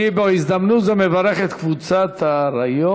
אני, בהזדמנות זו, מברך את קבוצת "האריות"